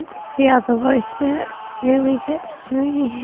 it's the other voice that really gets to me.